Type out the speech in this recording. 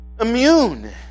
immune